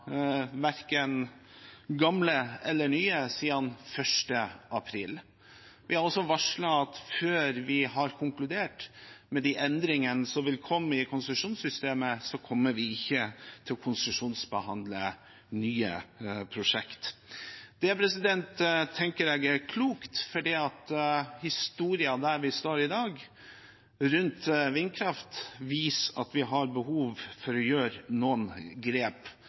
verken gamle eller nye, siden 1. april. Vi har også varslet at før vi har konkludert med hvilke endringer som vil komme i konsesjonssystemet, kommer vi ikke til å konsesjonsbehandle nye prosjekt. Det tenker jeg er klokt, for historien – der vi står i dag – rundt vindkraft, viser at vi har behov for å ta noen grep,